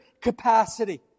capacity